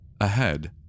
Ahead